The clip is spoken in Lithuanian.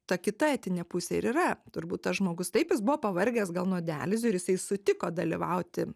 ta kita etinė pusė ir yra turbūt tas žmogus taip jis buvo pavargęs gal nuo dializių ir jisai sutiko dalyvauti